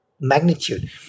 magnitude